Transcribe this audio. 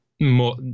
more